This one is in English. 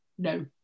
no